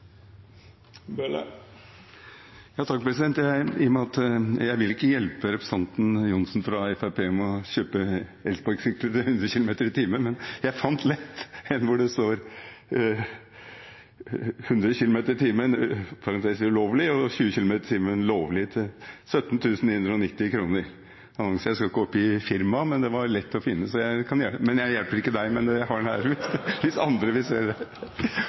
Jeg vil ikke hjelpe representanten Johnsen fra Fremskrittspartiet med å kjøpe elsparkesykkel som går i 100 km/t, men jeg fant lett en annonse hvor det står: 100 km/t, «ulovlig» i parentes, og 20 km/t lovlig, til 17 999 kr. Jeg skal ikke oppgi firmaet, men det var lett å finne. Jeg hjelper ikke han, men jeg har den her, hvis andre vil se det!